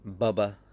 Bubba